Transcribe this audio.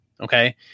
okay